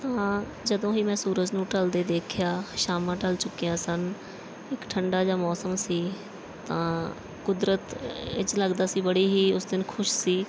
ਤਾਂ ਜਦੋਂ ਹੀ ਮੈਂ ਸੂਰਜ ਨੂੰ ਢਲਦੇ ਦੇਖਿਆ ਸ਼ਾਮਾਂ ਢਲ ਚੁੱਕੀਆਂ ਸਨ ਇੱਕ ਠੰਡਾ ਜਾਂ ਮੌਸਮ ਸੀ ਤਾਂ ਕੁਦਰਤ ਇੰਝ ਲੱਗਦਾ ਸੀ ਬੜੀ ਹੀ ਉਸ ਦਿਨ ਖੁਸ਼ ਸੀ